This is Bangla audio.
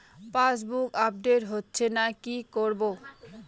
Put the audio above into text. পাসবুক আপডেট হচ্ছেনা কি করবো?